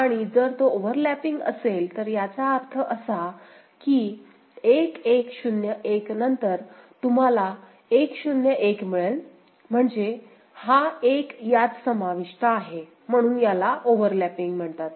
आणि जर तो ओव्हरलॅपिंग असेल तर याचा अर्थ असा की 1 1 0 1 नंतर तुम्हाला 1 0 1 मिळेल म्हणजे हा 1 यात समाविष्ट आहे म्हणून याला ओव्हरलॅपिंग म्हणतात